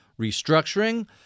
restructuring